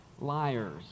liars